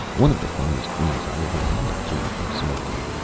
one of the finest dreams i ever had came from smoking.